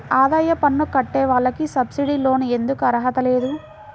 ఆదాయ పన్ను కట్టే వాళ్లకు సబ్సిడీ లోన్ ఎందుకు అర్హత లేదు?